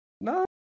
No